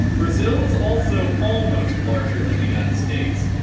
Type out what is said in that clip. brazil is also almost larger than the united states,